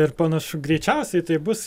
ir panašu greičiausiai taip bus